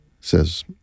says